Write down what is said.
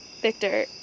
Victor